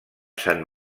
sant